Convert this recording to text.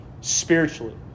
spiritually